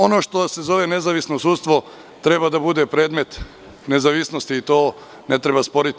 Ono što se zove nezavisno sudstvo treba da bude predmet nezavisnosti i to ne treba sporiti.